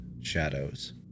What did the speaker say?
shadows